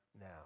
now